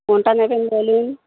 কোনটা নেবেন বলুন